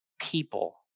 people